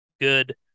good